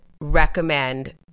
recommend